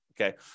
okay